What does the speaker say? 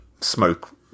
smoke